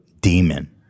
demon